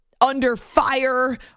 under-fire